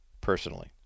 personally